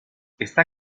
está